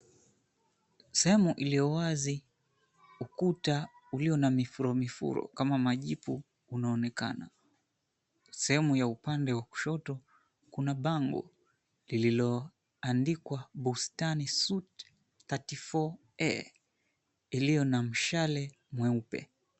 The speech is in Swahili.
Sahemu iliyo wazi z ukuta ulio na mifuromifuro kama majipu unaonekana. Sehemu ya upande wa kushoto kuna bango lililoandikwa, "Bustani suite 34A," iliyo na mshale mweupe.